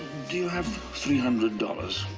do you have three hundred dollars?